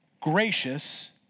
gracious